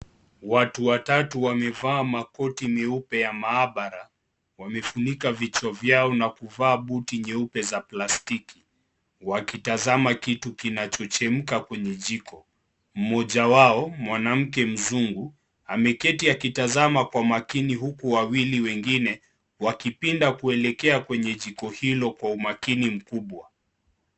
Watu watatu wamevaa makoti meupe ya maabara. Wamefunika vichwa vyao na kufaa buti nyeupe za plastiki. Wakitazama kitu kinachochemka kwenye jiko. Mmoja wao, mwanamke mzungu, ameketi akitazama kwa umakini, huku wawili wengine, wakipinda kuelekea kwenye jiko hilo kwa umakini mkubwa.